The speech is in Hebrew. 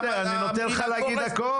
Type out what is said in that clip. בסדר, אני נותן לך להגיד הכול.